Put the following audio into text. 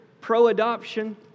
pro-adoption